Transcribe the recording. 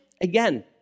again